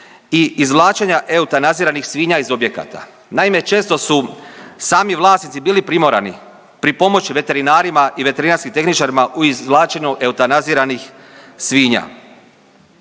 i izvlačenja eutanaziranih svinja iz objekata. Naime, često su sami vlasnici bili primorani pripomoći veterinarima i veterinarskim tehničarima u izvlačenju eutanaziranih svinja.